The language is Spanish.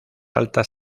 altas